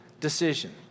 decision